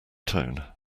tone